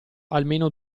almeno